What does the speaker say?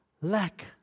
lack